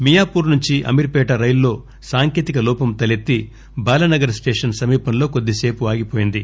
మియాపూర్ నుంచి అమీర్పేట రైలు లో సాంకేతిక లోపం తలెత్తి బాలానగర్ స్టేషన్ సమీపం లో కొద్దిసేపు ఆగిపోయింది